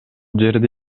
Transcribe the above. жерде